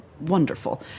wonderful